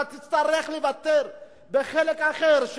אתה תצטרך לוותר בחלק אחר,